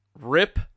Rip